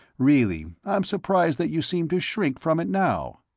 really, i'm surprised that you seem to shrink from it, now.